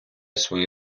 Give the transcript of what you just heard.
свої